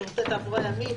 שירותי תעבורה ימית,